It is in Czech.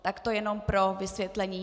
Tak to jen pro vysvětlení.